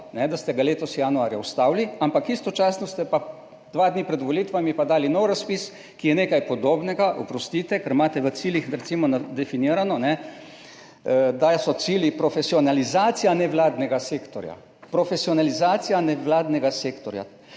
da ste ga letos januarja ustavili, ampak istočasno ste pa dva dni pred volitvami dali nov razpis, ki je nekaj podobnega, ker imate v ciljih recimo definirano, da so cilji profesionalizacija nevladnega sektorja, kreiranje trajnostno